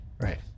right